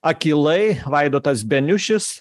akylai vaidotas beniušis